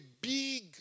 big